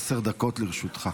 עשר דקות לרשותך.